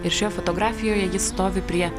ir šioje fotografijoje ji stovi prie